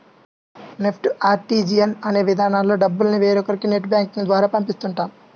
NEFT, RTGS అనే విధానాల్లో డబ్బుల్ని వేరొకరికి నెట్ బ్యాంకింగ్ ద్వారా పంపిస్తుంటాం